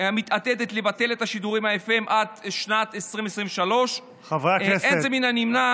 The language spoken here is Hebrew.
מתעתדת לבטל את שידורי FM עד שנת 2023. לא מן הנמנע,